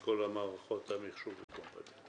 עם כל מערכות המחשוב טוב.